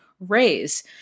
Raise